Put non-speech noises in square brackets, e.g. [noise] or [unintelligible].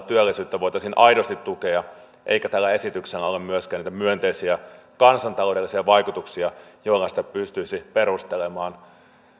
[unintelligible] työllisyyttä voitaisiin aidosti tukea eikä tällä esityksellä ole myöskään myönteisiä kansantaloudellisia vaikutuksia joilla sitä pystyisi perustelemaan